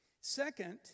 Second